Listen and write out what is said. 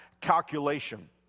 calculation